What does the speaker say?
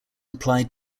applied